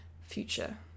future